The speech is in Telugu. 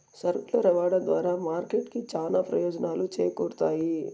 సరుకుల రవాణా ద్వారా మార్కెట్ కి చానా ప్రయోజనాలు చేకూరుతాయి